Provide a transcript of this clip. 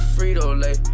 Frito-Lay